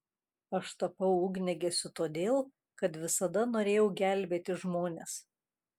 aš tapau ugniagesiu todėl kad visada norėjau gelbėti žmones